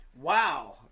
Wow